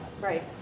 Right